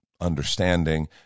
understanding